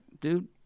dude